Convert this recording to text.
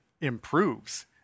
improves